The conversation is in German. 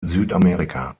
südamerika